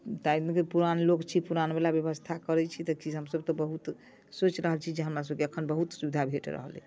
ताहि दिनके पुरान लोक छी पुरान बला व्यवस्था करैत छी तऽ की हमसब तऽ बहुत सोचि रहल छी जे हमरा सबके अखन बहुत सुविधा भेट रहल अइ